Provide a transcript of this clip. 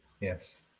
yes